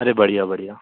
अरे बढिया बढिया